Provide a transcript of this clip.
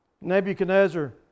Nebuchadnezzar